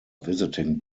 visiting